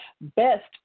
best